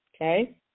Okay